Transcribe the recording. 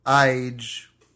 age